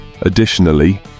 Additionally